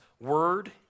word